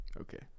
Okay